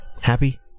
happy